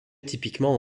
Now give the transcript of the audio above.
typiquement